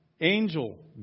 Angel